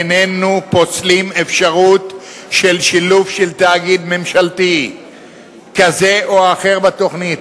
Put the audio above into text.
איננו פוסלים אפשרות של שילוב של תאגיד ממשלתי כזה או אחר בתוכנית.